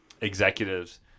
executives